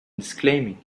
disclaiming